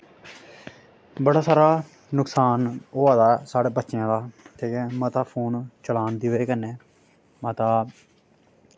बड़ा सारा नुकसान होआ दा साढ़े बच्चेआं दा ठीक ऐ मता फोन चलान दी बजह् कन्नै मता